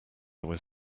was